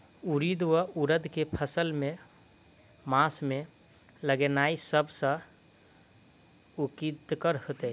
उड़ीद वा उड़द केँ फसल केँ मास मे लगेनाय सब सऽ उकीतगर हेतै?